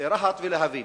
רהט ולהבים,